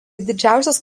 didžiausias